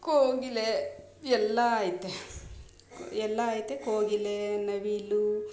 ಕೋಗಿಲೆ ಎಲ್ಲ ಐತೆ ಎಲ್ಲ ಐತೆ ಕೋಗಿಲೆ ನವಿಲು